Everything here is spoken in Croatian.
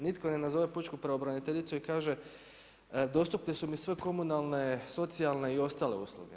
Nitko ne nazove Pučku pravobraniteljicu i kaže, dostupne su mi sve komunalne, socijalne i ostale usluge.